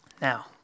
Now